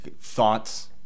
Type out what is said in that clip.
thoughts